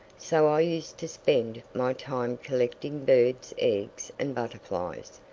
so i used to spend my time collecting birds' eggs and butterflies,